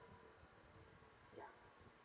yeah